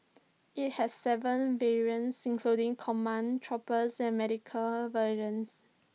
IT has Seven variants including command trooper and medical versions